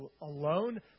alone